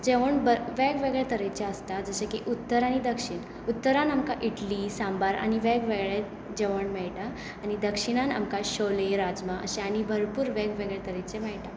जेवण वेगवेगळे तरेचें आसता जशें की उत्तर आनी दक्षीण उत्तरांत आमकां इडली सांबार आनी वेग वेगळें जेवण मेळटा आनी दक्षिणांत आमकां चोले राजमां अशें आनी भरपूर वेगवेगळे तरेचें मेळटा